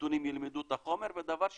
נתונים וילמדו את החומר, ודבר שני,